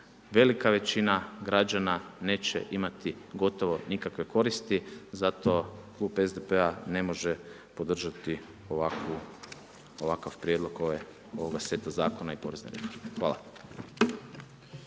velika većina građana neće imati gotovo nikakve koristi. Zato Klub SDP-a ne može podržati ovakav prijedlog ovoga seta zakona i porezne reforme. Hvala.